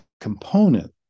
component